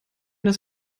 das